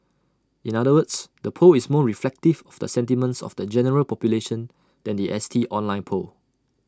in other words the poll is more reflective of the sentiments of the general population than The S T online poll